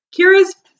Kira's